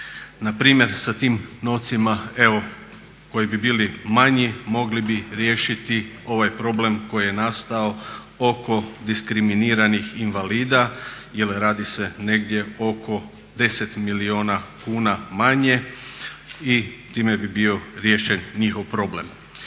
Na primjer sa tim novcima evo koji bi bili manji mogli bi riješiti ovaj problem koji je nastao oko diskriminiranih invalida, jer radi se negdje oko 10 milijuna kuna manje i time bi bio riješen njihov problem.